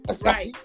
Right